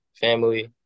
family